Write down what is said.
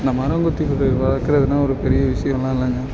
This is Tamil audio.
அந்த மரம்கொத்தி பறவை வளர்க்குறதுனா ஒரு பெரிய விஷயம்லாம் இல்லைங்க